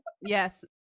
Yes